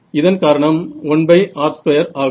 இதன் காரணம்1r2 ஆகும்